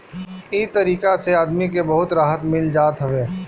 इ तरीका से आदमी के बहुते राहत मिल जात हवे